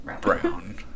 brown